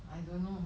I don't know